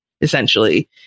essentially